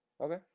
Okay